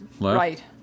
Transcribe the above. Right